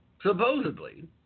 supposedly